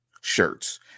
shirts